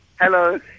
Hello